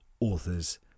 authors